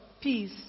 peace